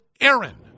Aaron